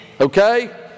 Okay